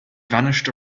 vanished